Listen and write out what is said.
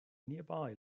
nearby